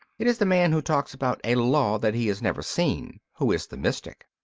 it is the man who talks about a law that he has never seen who is the mystic.